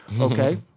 Okay